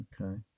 Okay